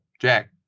Jack